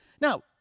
Now